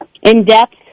in-depth